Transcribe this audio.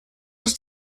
ist